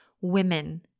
Women